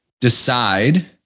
decide